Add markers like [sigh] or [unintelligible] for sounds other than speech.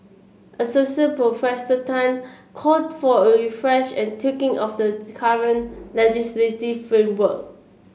Associate Professor Tan called for a refresh and tweaking of the [unintelligible] current legislative framework